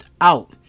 out